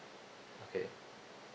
okay